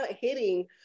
hitting